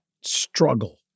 struggle